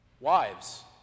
Wives